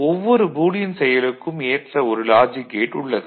ஓவ்வொரு பூலியன் செயலுக்கும் ஏற்ற ஒரு லாஜிக் கேட் உள்ளது